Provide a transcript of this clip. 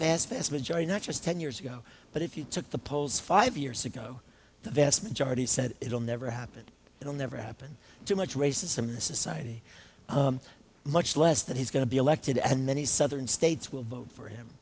vast vast majority not just ten years ago but if you took the polls five years ago the vast majority said it will never happen it will never happen too much racism in the society much less that he's going to be elected and many southern states will vote for him